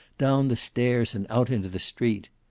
down the stairs and out into the street.